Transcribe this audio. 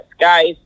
guys